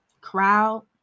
crowd